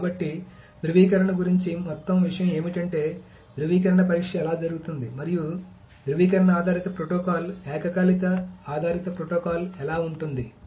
కాబట్టి ధ్రువీకరణ గురించి మొత్తం విషయం ఏమిటంటే ధ్రువీకరణ పరీక్ష ఎలా జరుగుతుంది మరియు ధ్రువీకరణ ఆధారిత ప్రోటోకాల్ ఏకకాలిక ఆధారిత ప్రోటోకాల్ ఎలా ఉంటుంది